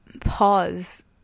pause